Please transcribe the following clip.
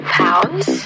pounds